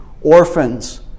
orphans